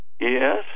Yes